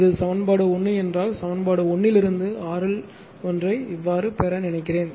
இது சமன்பாடு 1 என்றால் சமன்பாடு 1 இலிருந்து RL ஒன்றை இவ்வாறு பெற நினைக்கிறேன்